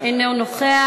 אינו נוכח,